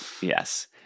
Yes